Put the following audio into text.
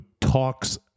talks